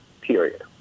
Period